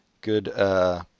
Good